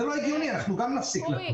זה לא הגיוני, גם אנחנו נפסיק לטוס.